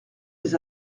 des